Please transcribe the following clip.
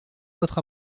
votre